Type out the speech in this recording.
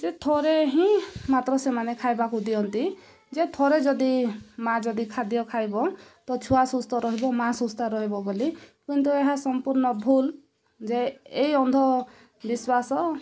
ଯେ ଥରେ ହିଁ ମାତ୍ର ସେମାନେ ଖାଇବାକୁ ଦିଅନ୍ତି ଯେ ଥରେ ଯଦି ମାଆ ଯଦି ଖାଦ୍ୟ ଖାଇବ ତ ଛୁଆ ସୁସ୍ଥ ରହିବ ମାଆ ସୁସ୍ଥ ରହିବ ବୋଲି କିନ୍ତୁ ଏହା ସମ୍ପୂର୍ଣ୍ଣ ଭୁଲ୍ ଯେ ଏଇ ଅନ୍ଧବିଶ୍ୱାସ